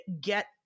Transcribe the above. get